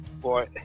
boy